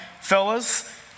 fellas